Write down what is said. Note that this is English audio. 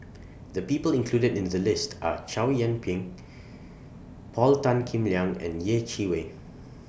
The People included in The list Are Chow Yian Ping Paul Tan Kim Liang and Yeh Chi Wei